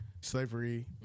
slavery